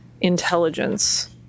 intelligence